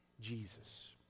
Jesus